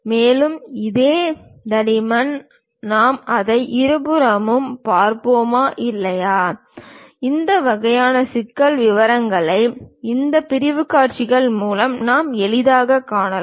மேலும் இதே தடிமன் நாம் அதை இருபுறமும் பார்ப்போமா இல்லையா இந்த வகையான சிக்கலான விவரங்களை இந்த பிரிவுக் காட்சிகள் மூலம் நாம் எளிதாகக் காணலாம்